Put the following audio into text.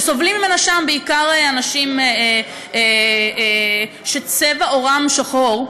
שסובלים ממנה שם בעיקר אנשים שצבע עורם שחור,